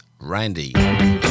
Randy